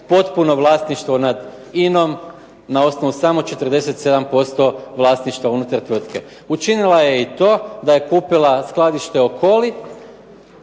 potpuno vlasništvo nad INA-om na osnovu samo 47% vlasništva unutar tvrtke. Učinila je i to da je kupila skladište